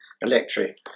electric